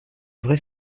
vraie